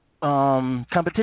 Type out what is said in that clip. competition